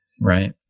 Right